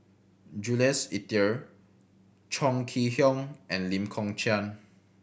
Jules Itier Chong Kee Hiong and Lee Kong Chian